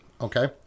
Okay